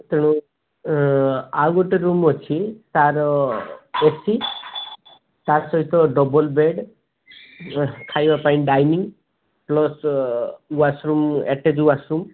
ତେଣୁ ଆଉ ଗୋଟେ ରୁମ୍ ଅଛି ତାହାର ଏସି ତା ସହିତ ଡବଲ୍ ବେଡ଼୍ ଖାଇବା ପାଇଁ dining plus washroom attach washroom